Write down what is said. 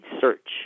search